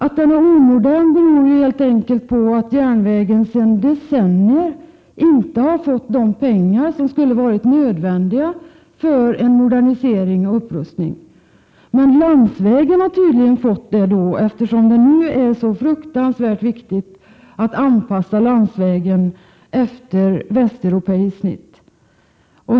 Att den är omodern beror helt enkelt på att järnvägen sedan decennier inte har fått de pengar som skulle ha varit nödvändiga för en modernisering och upprustning. Landsvägen har tydligen fått det, eftersom det nu är så fruktansvärt viktigt att anpassa landsvägen efter västeuropeiskt snitt.